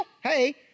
hey